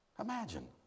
Imagine